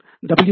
iitkgp